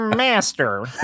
Master